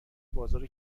بازار